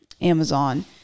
Amazon